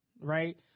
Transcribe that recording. right